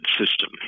system